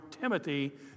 Timothy